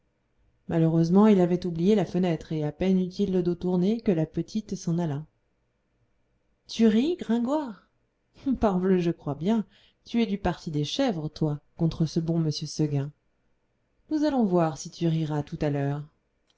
malheureusement il avait oublié la fenêtre et à peine eut-il le dos tourné que la petite s'en alla tu ris gringoire parbleu je crois bien tu es du parti des chèvres toi contre ce bon m seguin nous allons voir si tu riras tout à l'heure